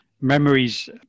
Memories